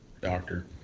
doctor